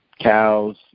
cows